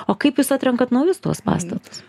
o kaip jūs atrenkant naujus tuos pastatus